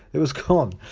it was gone.